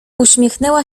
uśmiechnęła